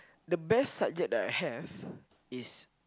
the best subject that I have is